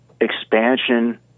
expansion